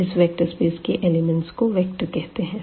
इस vector space के elements को वेक्टर कहते हैं